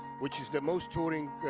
which is the most-touring,